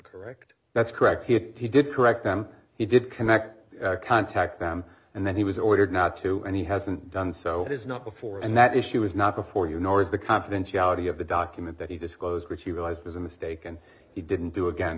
correct that's correct he did correct them he did connect contact them and then he was ordered not to and he hasn't done so is not before and that issue is not before you nor is the confidentiality of the document that he disclosed which he realized was a mistake and he didn't do again